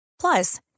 Plus